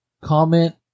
comment